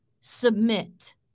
submit